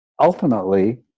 ultimately